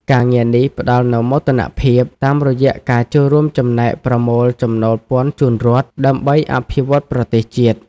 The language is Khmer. ការងារនេះផ្តល់នូវមោទនភាព តាមរយៈការចូលរួមចំណែកប្រមូលចំណូលពន្ធជូនរដ្ឋ ដើម្បីអភិវឌ្ឍប្រទេសជាតិ។